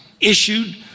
issued